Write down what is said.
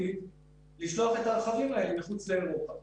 לשלוח את הרכבים האלה מחוץ לאירופה.